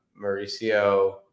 Mauricio